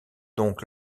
donc